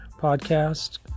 podcast